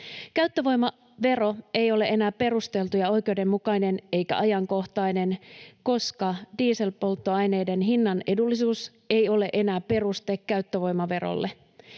Käyttövoimavero ei ole enää perusteltu ja oikeudenmukainen eikä ajankohtainen, koska dieselpolttoaineiden hinnan edullisuus ei ole enää peruste käyttövoimaverolle.